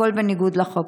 הכול בניגוד לחוק.